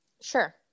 Sure